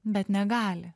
bet negali